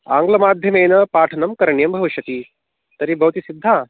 आङ्ग्लमाध्यमेन पाठनं करणीयं भविष्यति तर्हि भवती सिद्धा